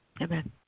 Amen